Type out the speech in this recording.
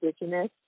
Indigenous